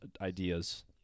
ideas